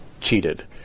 cheated